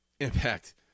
Impact